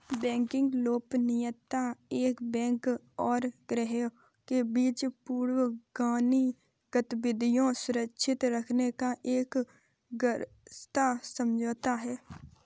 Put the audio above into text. banking गोपनीयता एक bank और ग्राहकों के बीच पूर्वगामी गतिविधियां सुरक्षित रखने का एक सशर्त समझौता है